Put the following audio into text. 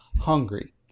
hungry